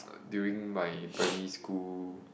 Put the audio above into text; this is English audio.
during my primary school